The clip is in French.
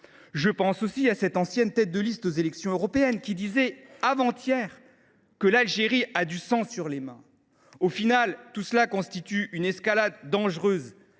en France, ou à cette ancienne tête de liste aux élections européennes, qui déclarait avant hier que l’Algérie « a du sang sur les mains ». En somme, tout cela constitue une escalade dangereuse,